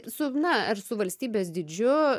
su na ar su valstybės dydžiu